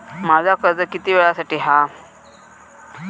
माझा कर्ज किती वेळासाठी हा?